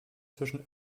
zwischen